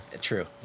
true